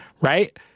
right